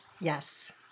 Yes